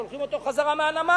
שולחים אותו חזרה מהנמל.